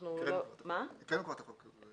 הקראנו כבר את החוק.